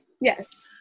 Yes